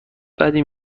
بدی